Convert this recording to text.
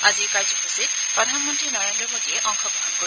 আজিৰ কাৰ্যসূচীত প্ৰধানমন্তী নৰেন্দ্ৰ মোদীয়েও অংশগ্ৰহণ কৰিব